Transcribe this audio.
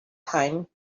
time